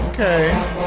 Okay